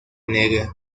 negra